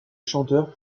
chanteur